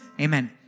Amen